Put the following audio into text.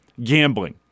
Gambling